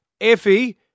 Effie